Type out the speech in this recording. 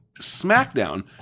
SmackDown